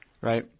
right